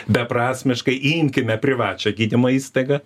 beprasmiškai imkime privačią gydymo įstaigą